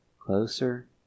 Closer